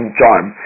charm